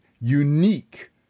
unique